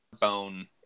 bone